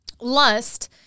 Lust